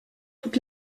toute